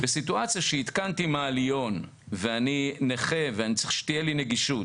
בסיטואציה שהתקנתי מעליון ואני נכה ואני צריך שתהיה לי נגישות,